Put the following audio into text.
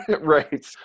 right